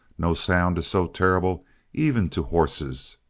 no sound is so terrible even to horses.